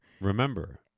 Remember